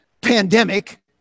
pandemic